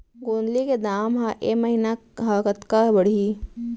गोंदली के दाम ह ऐ महीना ह कतका बढ़ही?